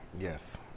Yes